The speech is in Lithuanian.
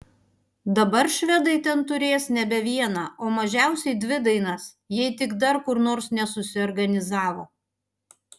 dabar švedai ten turės nebe vieną o mažiausiai dvi dainas jei tik dar kur nors nesusiorganizavo